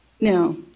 Now